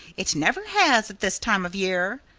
it never has, at this time of year.